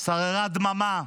שררה דממה,